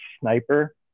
sniper